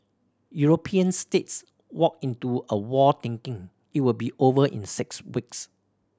European states walked into a war thinking it will be over in six weeks